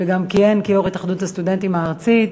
שגם כיהן כיו"ר התאחדות הסטודנטים הארצית,